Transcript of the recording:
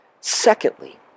Secondly